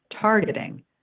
targeting